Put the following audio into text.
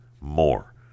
more